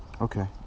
Okay